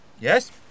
Yes